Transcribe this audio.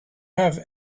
have